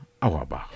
Auerbach